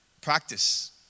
Practice